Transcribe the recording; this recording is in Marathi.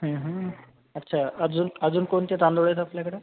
हं हं अच्छा अजून अजून कोणते तांदूळ आहेत आपल्याकडं